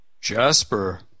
Jasper